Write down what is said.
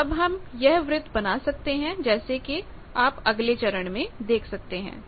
तो अब हम यह वृत्त बना सकते हैं जैसे कि आप अगले चरण में देख सकते हैं